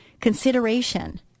consideration